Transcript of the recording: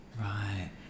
Right